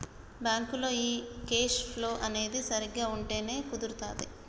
బ్యాంకులో ఈ cash flow అనేది సరిగ్గా ఉంటేనే కుదురుతాది